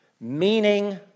Meaning